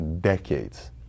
decades